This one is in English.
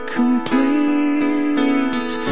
complete